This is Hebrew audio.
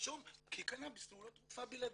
רשום כי קנאביס הוא לא תרופה בלעדית.